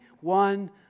One